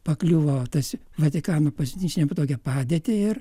pakliuvo tas vatikano pasiuntinys į nepatogią padėtį ir